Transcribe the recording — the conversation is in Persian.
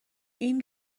این